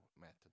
method